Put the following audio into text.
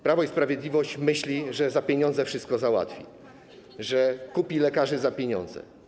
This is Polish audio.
Prawo i Sprawiedliwość myśli, że za pieniądze wszystko załatwi, że kupi lekarzy za pieniądze.